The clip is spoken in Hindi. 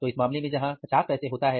तो इस मामले में जहां 50 पैसे होता है